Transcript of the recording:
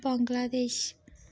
Bangladesh